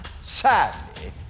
sadly